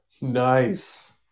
Nice